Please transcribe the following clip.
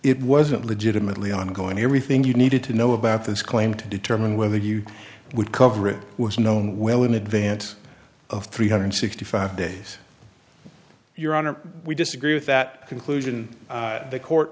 it wasn't legitimately on going everything you needed to know about this claim to determine whether you would cover it was known well in advance of three hundred sixty five days your honor we disagree with that conclusion the court